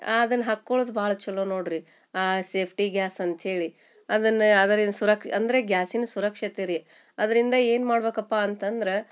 ಅದನ್ನು ಹಾಕ್ಕೊಳ್ಳುದು ಭಾಳ ಚಲೋ ನೋಡಿ ರೀ ಸೇಫ್ಟಿ ಗ್ಯಾಸ್ ಅಂತ ಹೇಳಿ ಅದನ್ನು ಅದರಿಂದ ಸುರಕ್ ಅಂದರೆ ಗ್ಯಾಸಿನ ಸುರಕ್ಷತೆ ರೀ ಅದರಿಂದ ಏನು ಮಾಡಬೇಕಪ್ಪ ಅಂತಂದ್ರೆ